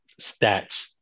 stats